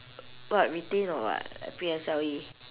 what retain or what P S L E